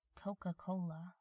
Coca-Cola